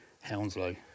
Hounslow